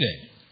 today